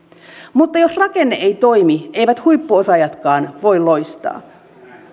mutta jos rakenne ei toimi eivät huippuosaajatkaan voi loistaa